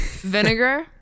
Vinegar